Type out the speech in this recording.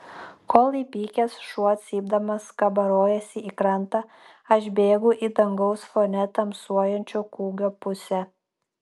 kol įpykęs šuo cypdamas kabarojasi į krantą aš bėgu į dangaus fone tamsuojančio kūgio pusę